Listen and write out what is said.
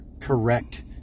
correct